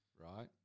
right